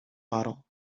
bottle